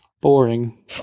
Boring